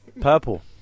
Purple